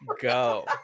go